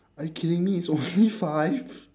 are you kidding me it's only five